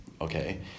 okay